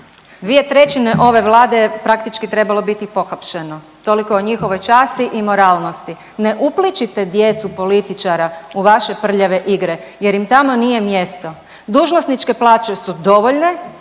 Dvije trećine ove Vlade je praktički trebalo biti pohapšeno. Toliko o njihovoj časti i moralnosti. Ne uplićite djecu političara u vaše prljave igre, jer im tamo nije mjesto. Dužnosničke plaće su dovoljne